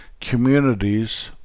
communities